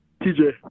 TJ